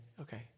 okay